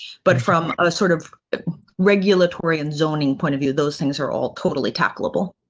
but from a sort of regulatory and zoning point of view, those things are all totally taxable.